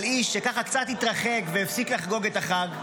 על איש שקצת התרחק והפסיק לחגוג את החג,